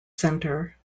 center